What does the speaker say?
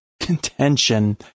contention